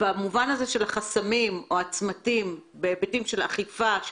במובן של החסמים והצמתים בהיבטים של אכיפה,